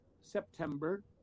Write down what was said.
September